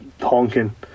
honking